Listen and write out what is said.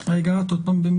אם זה פייזר או